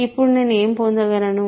ఇప్పుడు నేను ఏమి పొందగలను